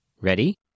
Ready